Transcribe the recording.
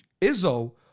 Izzo